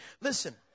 Listen